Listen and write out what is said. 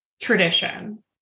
tradition